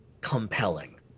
compelling